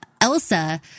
Elsa